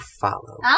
follow